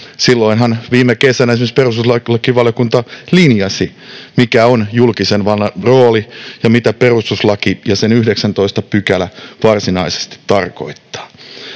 Silloin viime kesänähän esimerkiksi perustuslakivaliokunta linjasi, mikä on julkisen vallan rooli ja mitä perustuslaki ja sen 19 § varsinaisesti tarkoittavat.